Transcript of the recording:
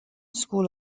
school